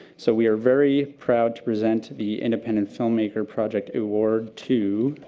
so we are very proud to present the independent filmmaker project award to.